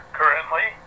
currently